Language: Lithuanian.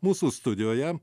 mūsų studijoje